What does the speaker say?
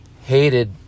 hated